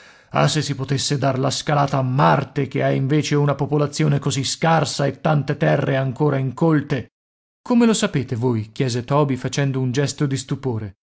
ah se si potesse dar la scalata a marte che ha invece una popolazione così scarsa e tante terre ancora incolte come lo sapete voi chiese toby facendo un gesto di stupore